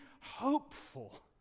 hopeful